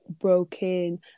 broken